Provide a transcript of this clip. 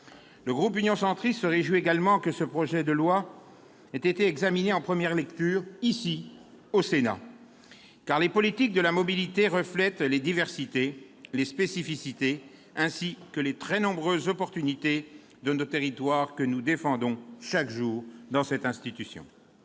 Le groupe Union Centriste se réjouit que ce projet de loi ait d'abord été examiné en première lecture, ici, au Sénat, car les politiques de la mobilité reflètent les diversités, les spécificités ainsi que les très nombreuses opportunités de nos territoires, que nous défendons chaque jour dans cette institution.